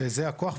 זה הכוח.